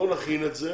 בואו נכין את זה.